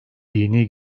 dini